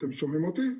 אתם שומעים אותי?